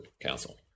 council